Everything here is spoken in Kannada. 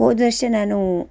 ಹೋದ ವರ್ಷ ನಾನು